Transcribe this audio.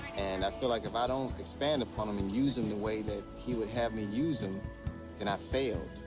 and i feel like if i don't expand upon em and use em the way that he would have me use them, then i failed.